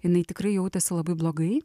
jinai tikrai jautėsi labai blogai